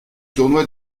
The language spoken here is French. tournoi